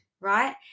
Right